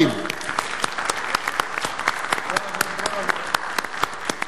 (מחיאות כפיים)